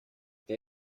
they